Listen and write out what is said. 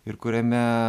ir kuriame